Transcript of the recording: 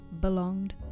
belonged